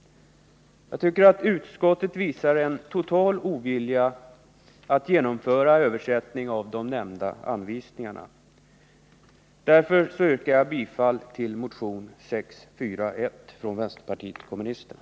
Jag tycker att utskottet visar en total ovilja att genomföra översättning av de nämnda anvisningarna. Därför yrkar jag bifall till motion 641 från vänsterpartiet kommunisterna.